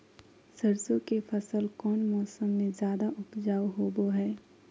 सरसों के फसल कौन मौसम में ज्यादा उपजाऊ होबो हय?